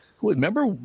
Remember